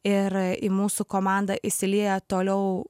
ir į mūsų komandą įsilieja toliau